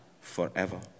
forever